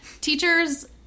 Teachers